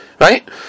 right